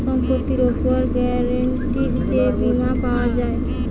সম্পত্তির উপর গ্যারান্টিড যে বীমা পাওয়া যায়